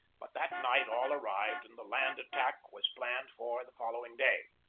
but that night all arrived and the land attack was planned for the following day.